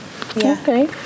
Okay